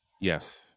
Yes